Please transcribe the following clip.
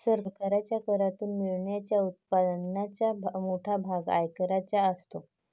सरकारच्या करातून मिळणाऱ्या उत्पन्नाचा मोठा भाग आयकराचा असतो